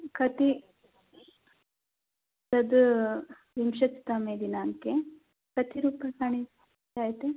कति तद् विंशत्तमे दिनाङ्के कति रुप्यकाणि जायते